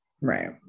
Right